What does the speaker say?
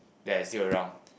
they're still around